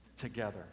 together